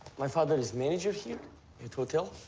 my father is manager here at hotel.